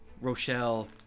Rochelle